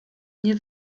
nie